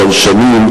כבר שנים,